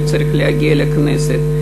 לא צריך להגיע לכנסת.